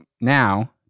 now